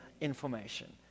information